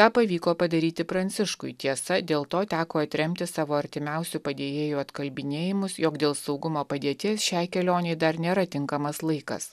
tą pavyko padaryti pranciškui tiesa dėl to teko atremti savo artimiausių padėjėjų atkalbinėjimus jog dėl saugumo padėti šiai kelionei dar nėra tinkamas laikas